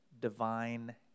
Divine